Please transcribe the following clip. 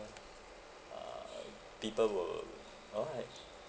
uh people will you know like